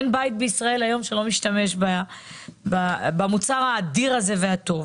כי אין בית בישראל שלא משתמש במוצר האדיר והטוב הזה.